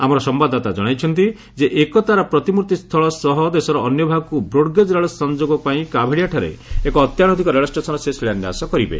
ଆମର ସମ୍ଭାଦଦାତା ଜଣାଇଛନ୍ତି ଯେ ଏକତାର ପ୍ରତିମୂର୍ତ୍ତି ସ୍ଥଳ ସହ ଦେଶର ଅନ୍ୟ ଭାଗକୁ ବ୍ରୋଡଗେଜ୍ ରେଳ ସଂଯୋଗ ପାଇଁ କାଭେଡ଼ିଆଠାରେ ଏକ ଅତ୍ୟାଧୁନିକ ରେଳଷ୍ଟେସନ୍ର ସେ ଶିଳାନ୍ୟାସ କରିବେ